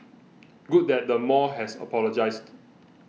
good that the mall has apologised